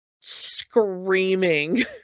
screaming